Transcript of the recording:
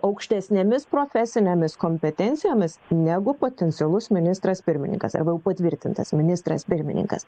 aukštesnėmis profesinėmis kompetencijomis negu potencialus ministras pirmininkas arba jau patvirtintas ministras pirmininkas